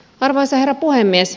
arvoisa herra puhemies